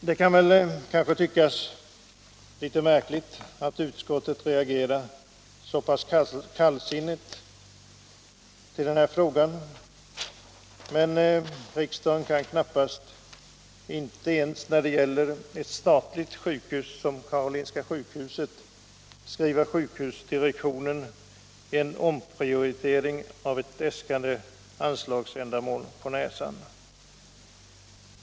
Det kan tyckas märkligt att utskottet reagerat så pass kallsinnigt på den här frågan, men riksdagen kan knappast — inte ens när det gäller ett statligt sjukhus som Karolinska sjukhuset — skriva sjukhusdirektionen en omprioritering av de äskade anslagsändamålen på näsan.